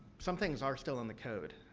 some things are still in the code.